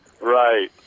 Right